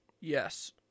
Yes